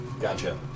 Gotcha